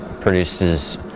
produces